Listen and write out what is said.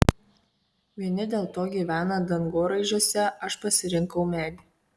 vieni dėl to gyvena dangoraižiuose aš pasirinkau medį